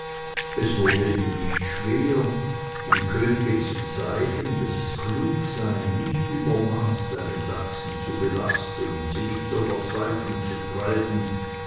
es wurde ihm nicht schwer dem könige zu zeigen daß es klug sei nicht über maß seine sachsen zu belasten und sie nicht zur verzweiflung zu treiben